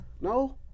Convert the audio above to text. no